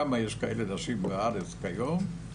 כמה נשים יש כאלה בארץ היום?